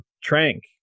Trank